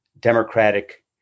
democratic